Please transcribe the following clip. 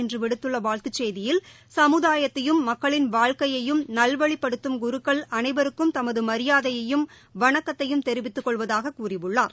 இன்றுவிடுத்துள்ளவாழ்த்துச் செய்தியில் சமுதாயத்தையும் சமக்களின் வாழ்க்கையையும் அவர் நல்வழிப்படுத்தும் குருக்கள் அனைவருக்கும் தமதுமியாதையையும் வணக்கத்தையும் தெரிவித்துக் கொள்வதாகக் கூறியுள்ளார்